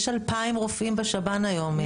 יש 2,000 רופאים בשב"ן היום.